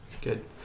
Good